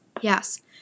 Yes